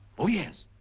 oh yes,